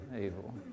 evil